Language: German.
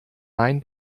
nein